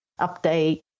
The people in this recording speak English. update